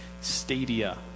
stadia